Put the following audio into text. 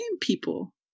people